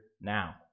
now